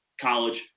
college